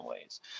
ways